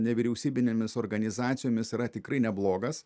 nevyriausybinėmis organizacijomis yra tikrai neblogas